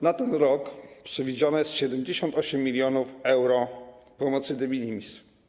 Na ten rok przewidziane jest 78 mln euro pomocy de minimis.